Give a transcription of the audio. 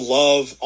love